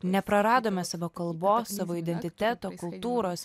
nepraradome savo kalbos savo identiteto kultūros